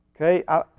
Okay